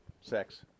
Sex